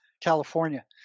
California